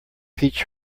peach